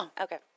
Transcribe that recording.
Okay